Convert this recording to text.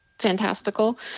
fantastical